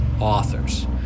authors